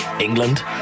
England